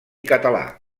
català